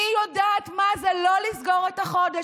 אני יודעת מה זה לא לסגור את החודש